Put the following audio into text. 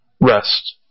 rest